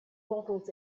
models